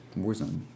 Warzone